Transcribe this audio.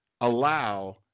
allow